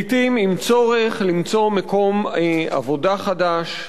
לעתים קיים צורך למצוא מקום עבודה חדש,